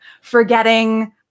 forgetting